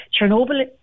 chernobyl